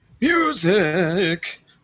Music